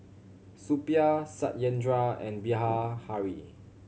Suppiah Satyendra and